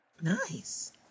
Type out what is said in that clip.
Nice